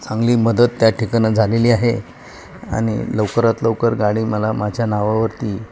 चांगली मदत त्या ठिकाणी झालेली आहे आणि लवकरात लवकर गाडी मला माझ्या नावावरती